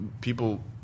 people